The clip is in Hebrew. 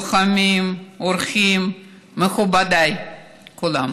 לוחמים, אורחים, מכובדיי כולם,